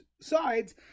sides